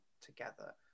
together